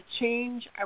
change